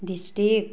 district